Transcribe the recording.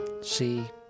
See